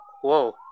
Whoa